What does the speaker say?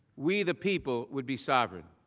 we the people would be sovereign.